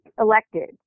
elected